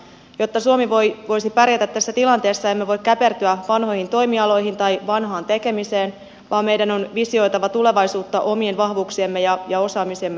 jotta suomi voisi pärjätä tässä tilanteessa emme voi käpertyä vanhoihin toimialoihin tai vanhaan tekemiseen vaan meidän on visioitava tulevaisuutta omien vahvuuksiemme ja osaamisemme pohjalta